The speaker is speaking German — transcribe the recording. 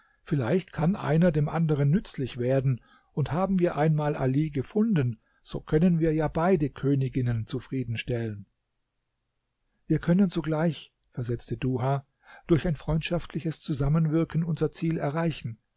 vielleicht kann einer dem anderen nützlich werden und haben wir einmal ali gefunden so können wir ja beide königinnen zufriedenstellen wir können sogleich versetzte duha durch ein freundschaftliches zusammenwirken unser ziel erreichen